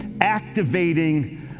activating